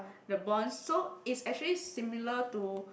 the bonds so it's actually similar to